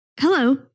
Hello